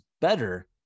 better